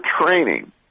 training